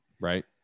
right